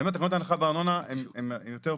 אין לי בעיה.